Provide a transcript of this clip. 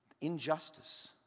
Injustice